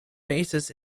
basis